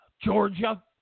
Georgia